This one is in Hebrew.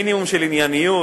מינימום של ענייניות,